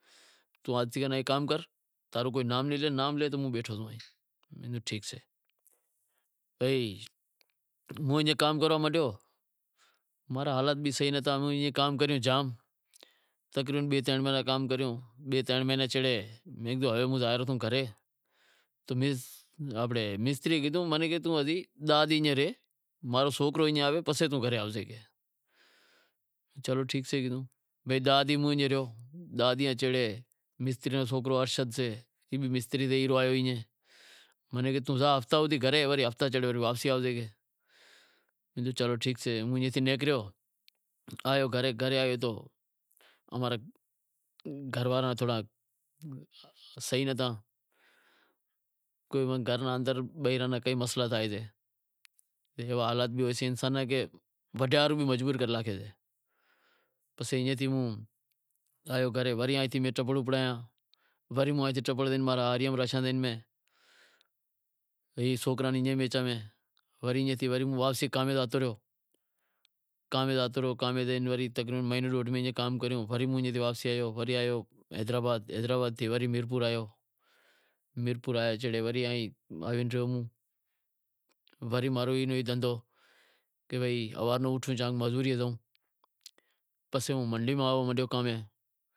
تو ای کام کر تاں رو کوئی نام نیں لے کو نام لے تو ہوں بیٹھو ساں، تو موں کام کریو، ماں را حالات بھی صحیح نتھا، موں ایئں کام کریو جام تقریبن بئے ترن مہینڑا کام کریو، بئے ترن مہینا چھیڑے میں کہیو ہے ہوں زائے رہیو تو گھرے تو مستری کیدہو توں ایئں داہ دینہں رہے ماں رو سوکرو آوے پسے توں گھرے ہالے، چلو ٹھیک سے، بھائی داہ دینہں ہوں ایئں رہیو، داہ دینہں چھیڑے مستری رو سوکرو ارشد سے ای آیو، موں نیں کہے، توں زا ہفتا ہوئی گھرے ہفتا چھیڑے پسے واپسی آوے، میں کیدہو چلو ٹھیک سے ہوں ایئں تھے نیکریو آیو گھرے گھرے آیو تو امارے گھر واڑاں تھوڑا صحیح نتھا، تو گھر رے اندر گھر را کئی مسئلا تھیا سیں، میں کہیو حالات سیں انسان نیں وڈیا ہاروں بھی مجبور کرے لاسیں، پسے ایئں تھی ہوں آیو گھرے پسے ایئں تھی میں ٹپڑ اپاڑیا وری ہوں واپسی کام میں زاتو رہیو، مہینو ڈیڈہ موں کام کریو، وری موں واپسی آیو، وری آیو حیدرآباد، حیدرآباد تھی وری میرپور آیو، میرپور آئے چھیڑے گھرے آیو، وری ماں رو ای دہندہو کہ ہوارے اوٹھے کام تے زائوں، پسے ہوں منڈیے زائوں، منڈیمیں کام اے